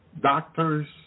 doctors